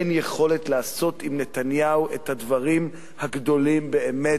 אין יכולת לעשות עם נתניהו את הדברים הגדולים באמת,